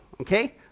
okay